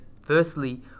firstly